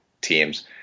teams